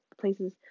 places